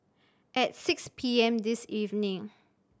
at six P M this evening